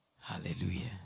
Hallelujah